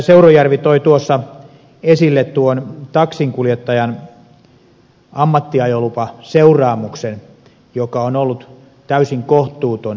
seurujärvi toi tuossa esille taksinkuljettajan ammattiajolupaseuraamuksen joka on ollut täysin kohtuuton